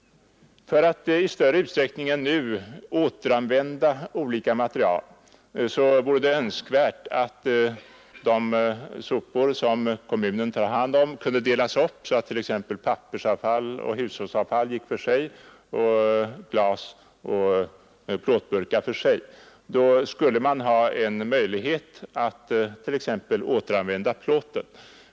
För att i större utsträckning än hittills återanvända olika material vore det önskvärt att de sopor som kommunen tar hand om delades upp, så att t.ex. pappersoch hushållsavfall gick för sig, glas och plåtburkar för sig osv. Då skulle man ha en möjlighet att återanvända t.ex. plåten.